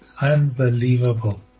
Unbelievable